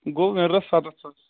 گوٚو ونرَس سَتَتھ ساس